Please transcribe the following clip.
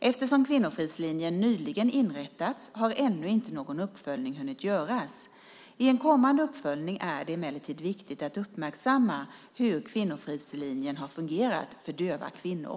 Eftersom Kvinnofridslinjen nyligen inrättats har ännu inte någon uppföljning hunnit göras. I en kommande uppföljning är det emellertid viktigt att uppmärksamma hur Kvinnofridslinjen har fungerat för döva kvinnor.